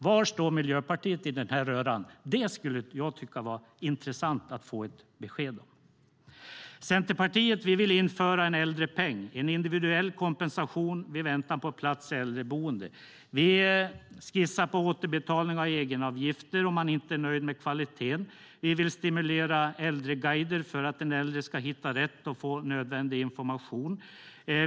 Var står Miljöpartiet i den här röran? Det skulle jag tycka var intressant att få ett besked om. Centerpartiet vill införa en äldrepeng, en individuell kompensation i väntan på en plats i äldreboende. Vi skissar på återbetalning av egenavgifter om man inte är nöjd med kvaliteten. Vi vill stimulera äldreguider för att den äldre ska hitta rätt och få nödvändig information.